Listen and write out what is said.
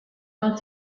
non